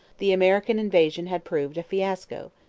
the american invasion had proved a fiasco.